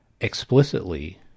explicitly